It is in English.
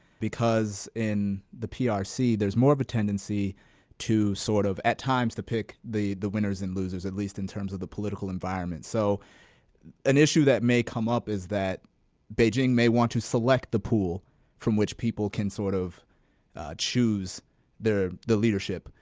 because in the prc, ah there's more of a tendency to sort of at times to pick the the winners and losers, at least in terms of the political environment. so an issue that may come up is that beijing may want to select the pool from which people can sort of choose the the leadership,